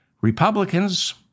Republicans